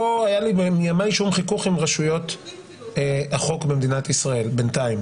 לא היה לי מימי שום חיכוך עם רשויות החוק במדינת ישראל בינתיים.